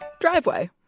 driveway